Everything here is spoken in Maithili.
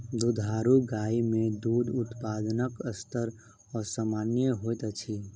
दुधारू गाय मे दूध उत्पादनक स्तर असामन्य होइत अछि